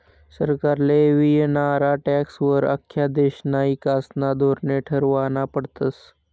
सरकारले मियनारा टॅक्सं वर आख्खा देशना ईकासना धोरने ठरावना पडतस